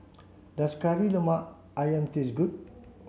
does Kari Lemak Ayam taste good